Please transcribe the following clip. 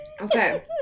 Okay